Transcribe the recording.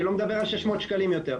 אני לא מדבר על 600 שקלים יותר.